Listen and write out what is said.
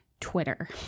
Twitter